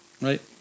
Right